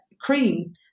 cream